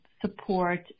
support